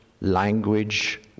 language